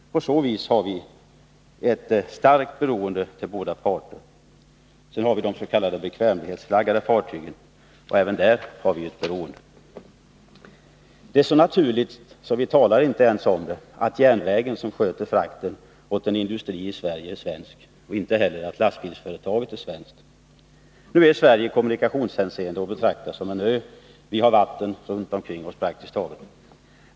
På så vis har vi ett starkt beroende till båda dessa parter. Vidare har vi de s.k. bekvämlighetsflaggade fartygen, och även i vad gäller dem har vi ett beroende. Det är så naturligt att vi inte ens talar om det, att järnvägen som sköter frakten åt en industri i Sverige är svensk och att lastbilsföretaget är svenskt. Nu är Sverige i kommunikationshänseende att betrakta som en ö. Vi har vatten praktiskt taget runt omkring oss.